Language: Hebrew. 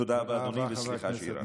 תודה רבה, אדוני, וסליחה שהארכתי.